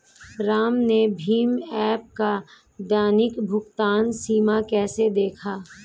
राम ने भीम ऐप का दैनिक भुगतान सीमा कैसे देखा?